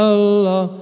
Allah